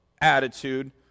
attitude